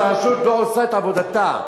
אז הרשות לא עושה את עבודתה.